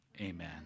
Amen